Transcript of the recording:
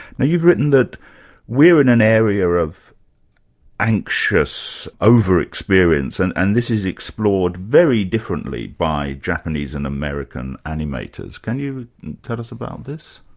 now you've written that we're in an area of anxious over-experience, and and this is explored very differently by japanese and american animators. can you tell us about this?